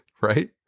right